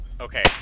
Okay